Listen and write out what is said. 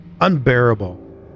unbearable